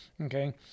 Okay